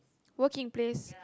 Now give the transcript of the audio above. working place